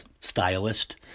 stylist